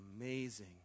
amazing